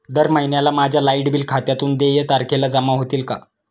दर महिन्याला माझ्या लाइट बिल खात्यातून देय तारखेला जमा होतील का?